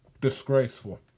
Disgraceful